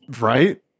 right